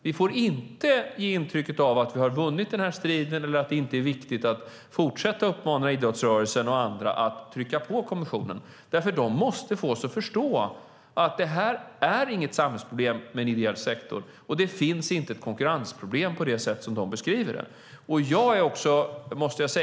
Vi får inte ge intrycket av att vi har vunnit striden eller att det inte är viktigt att fortsätta uppmana idrottsrörelsen och andra att trycka på kommissionen, för kommissionen måste förstå att vår ideella sektor inte är något samhällsproblem och att det inte finns något konkurrensproblem på det sätt som de beskriver det.